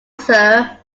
sir